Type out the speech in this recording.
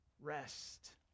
Rest